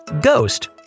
Ghost